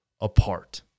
apart